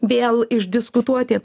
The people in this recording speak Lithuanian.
vėl išdiskutuoti